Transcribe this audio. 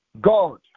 God